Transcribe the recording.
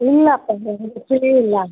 ಇಲ್ಲಪ್ಪಾ ಫ್ರೀ ಇಲ್ಲ